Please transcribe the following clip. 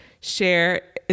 Share